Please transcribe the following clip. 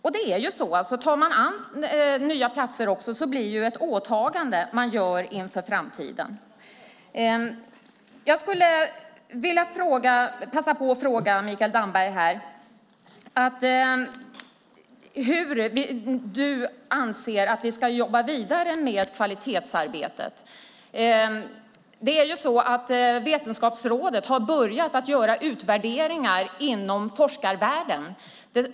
Tar man sig an nya platser blir det ett åtagande inför framtiden. Jag vill passa på att fråga Mikael Damberg: Hur anser du att vi ska jobba vidare med kvalitetsarbetet? Vetenskapsrådet har börjat göra utvärderingar inom forskarvärlden.